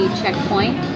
checkpoint